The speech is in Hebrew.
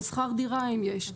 על שכר דירה אם יש,